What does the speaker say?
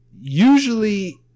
usually